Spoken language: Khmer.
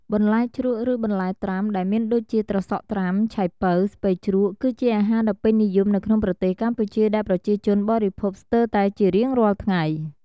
បន្លែជ្រក់ឬបន្លែត្រាំដែលមានដូចជាត្រសក់ត្រាំ ឆៃប៉ូវ ស្ពៃជ្រក់ គឺជាអាហារដ៏ពេញនិយមនៅក្នុងប្រទេសកម្ពុជាដែលប្រជាជនបរិភោគស្ទេីរតែជារៀងរាល់ថ្ងៃ។